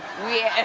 we.